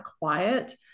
quiet